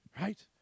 right